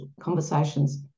conversations